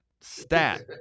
stat